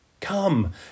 Come